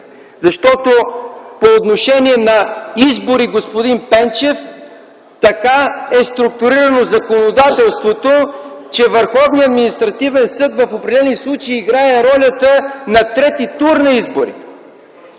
Защото по отношение на избори, господин Пенчев, законодателството е структурирано така, че Върховният административен съд в определени случаи играе ролята на трети тур на изборите.